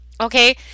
okay